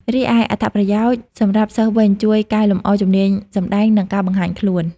រីឯអត្ថប្រយោជន៍សម្រាប់សិស្សវិញជួយកែលម្អជំនាញសម្តែង និងការបង្ហាញខ្លួន។